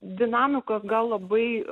dinamikos gal labai